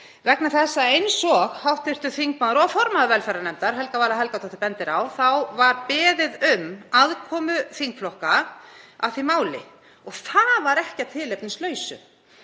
vegna þess að eins og hv. þingmaður og formaður velferðarnefndar, Helga Vala Helgadóttir, bendir á var beðið um aðkomu þingflokka að því máli og það var ekki að tilefnislausu.